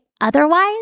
otherwise